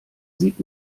sieht